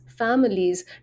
families